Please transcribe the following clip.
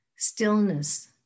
stillness